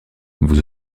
vous